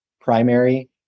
primary